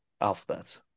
alphabet